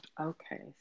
okay